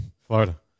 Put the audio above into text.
Florida